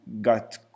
got